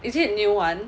is it new one